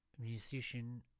musician